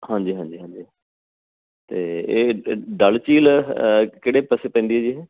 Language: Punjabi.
ਹਾਂਜੀ ਹਾਂਜੀ ਹਾਂਜੀ ਅਤੇ ਇਹ ਡੱਲ ਝੀਲ ਕਿਹੜੇ ਪਾਸੇ ਪੈਂਦੀ ਹੈ ਜੀ ਇਹ